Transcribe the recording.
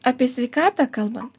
apie sveikatą kalbant